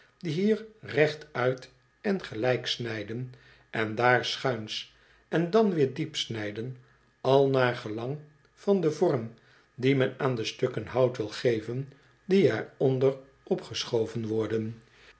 die hier rechtuit en gelijk snijden en daar schuins en dan weer diep snijden al naar gelang van den vorm die men aan de stukken hout wil geven die er onder op geschoven worden